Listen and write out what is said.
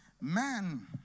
man